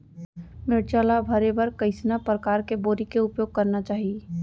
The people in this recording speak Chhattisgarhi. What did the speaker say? मिरचा ला भरे बर कइसना परकार के बोरी के उपयोग करना चाही?